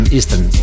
Eastern